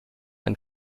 ein